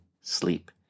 sleep